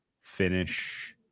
finish